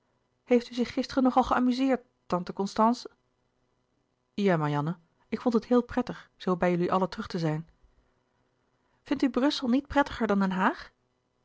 heeft u zich gisteren nog al geamuzeerd tante constance ja marianne ik vond het heel prettig zoo bij jullie allen terug te zijn vindt u brussel niet prettiger dan den haag